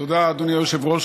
תודה, אדוני היושב-ראש.